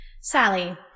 sally